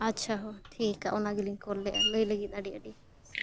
ᱟᱪᱪᱷᱟ ᱦᱳᱭ ᱴᱷᱤᱠᱟ ᱚᱱᱟ ᱜᱤᱞᱤᱧ ᱠᱚᱞ ᱞᱮᱜᱼᱟ ᱞᱟᱹᱭ ᱞᱟᱹᱜᱤᱫ ᱟᱹᱰᱤ ᱟᱹᱰᱤ ᱥᱟᱨᱦᱟᱣ